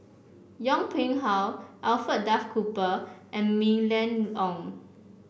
Yong Pung How Alfred Duff Cooper and Mylene Ong